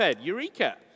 Eureka